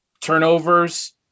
Turnovers